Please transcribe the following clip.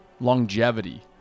longevity